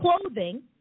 clothing